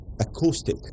acoustic